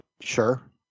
Sure